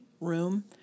room